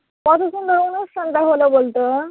হ্যাঁ কতো সুন্দর অনুষ্ঠানটা হলো বলতো